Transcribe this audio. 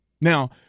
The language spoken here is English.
Now